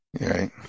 right